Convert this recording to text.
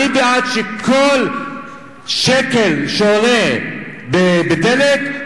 אני בעד שכל שקל שעולה בדלק,